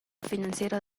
financiero